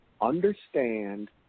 understand